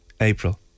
April